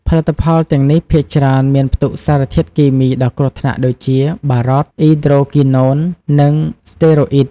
ផលិតផលទាំងនេះភាគច្រើនមានផ្ទុកសារធាតុគីមីដ៏គ្រោះថ្នាក់ដូចជា បារត, អ៊ីដ្រូគីណូន និង ស្តេរ៉ូអ៊ីត។